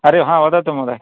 हरिः ओ हा वदतु महोदय